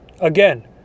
again